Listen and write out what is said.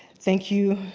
thank you,